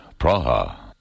Praha. (